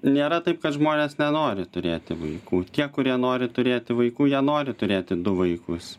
nėra taip kad žmonės nenori turėti vaikų tie kurie nori turėti vaikų jie nori turėti du vaikus